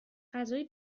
غذای